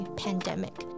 pandemic，